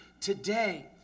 today